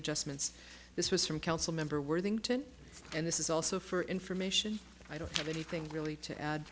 fia just minutes this was from council member worthington and this is also for information i don't have anything really to add